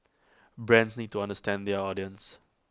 brands need to understand their audience